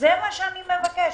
זה מה שאני מבקשת.